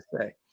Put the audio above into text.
say